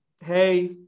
Hey